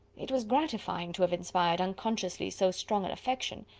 it was gratifying to have inspired unconsciously so strong an affection.